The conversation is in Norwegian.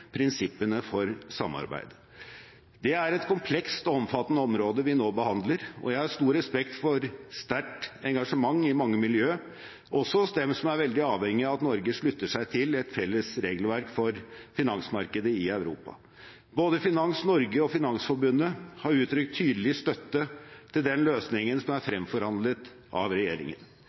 prinsippene for samarbeidet. Det er et komplekst og omfattende område vi nå behandler, og jeg har stor respekt for det sterke engasjementet i mange miljø, også hos dem som er veldig avhengig av at Norge slutter seg til et felles regelverk for finansmarkedet i Europa. Både Finans Norge og Finansforbundet har uttrykt tydelig støtte til den løsningen som er fremforhandlet av regjeringen,